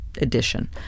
edition